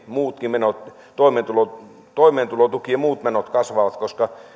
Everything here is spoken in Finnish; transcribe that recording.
muutkin menot toimeentulotuki toimeentulotuki ja muut menot kasvavat koska